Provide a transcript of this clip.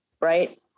right